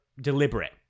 deliberate